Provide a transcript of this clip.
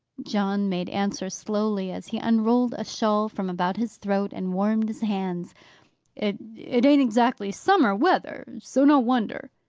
john made answer slowly, as he unrolled a shawl from about his throat, and warmed his hands it it an't exactly summer weather. so no wonder.